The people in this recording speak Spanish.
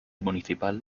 municipal